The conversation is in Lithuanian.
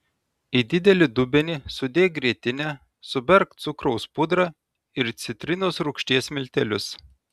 į didelį dubenį sudėk grietinę suberk cukraus pudrą ir citrinos rūgšties miltelius